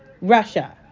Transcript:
Russia